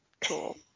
Cool